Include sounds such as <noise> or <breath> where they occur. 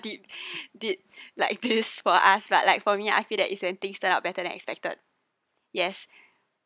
did <breath> did <laughs> like this for us but like for me I feel that it's an thing turns out better than expected yes